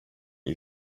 you